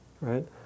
right